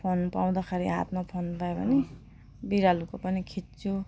phone पाउँदाखेरि हातमा phone पायो भने बिरालोको पनि खिच्छु